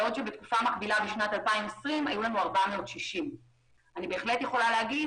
בעוד שבתקופה מקבילה בשנת 2020 היו 460. אני בהחלט יכולה להגיד